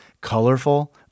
Colorful